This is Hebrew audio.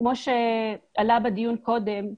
כמו שעלה בדיון קודם,